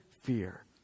fear